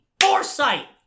foresight